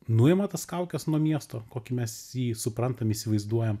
nuima tas kaukes nuo miesto kokį mes jį suprantam įsivaizduojam